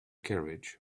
carriage